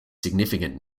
significant